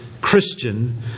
Christian